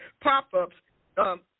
pop-ups